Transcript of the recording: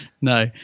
no